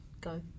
go